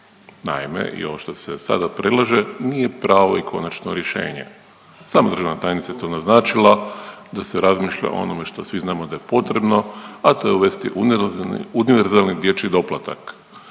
Naime i ovo što se sada predlaže nije pravo i konačno rješenje. Sama državna tajnica je to naznačila da se razmišlja o onome što svi znamo da je potrebno, a to je uvesti univerzalni dječji doplatak.